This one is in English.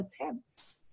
attempts